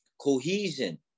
Cohesion